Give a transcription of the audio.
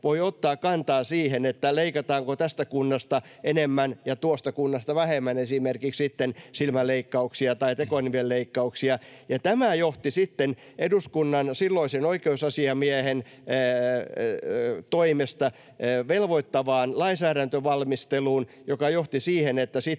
voi ottaa kantaa siihen, leikataanko tässä kunnassa enemmän ja tuossa kunnassa vähemmän esimerkiksi silmäleikkauksia tai tekonivelleikkauksia. Ja tämä johti sitten eduskunnan silloisen oikeusasiamiehen toimesta velvoittavaan lainsäädäntövalmisteluun, joka johti siihen, että